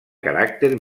caràcter